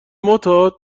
معتاد